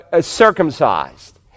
circumcised